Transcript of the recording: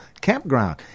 Campground